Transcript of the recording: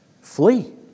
Flee